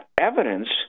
evidence